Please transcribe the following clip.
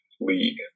league